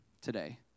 today